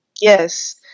Yes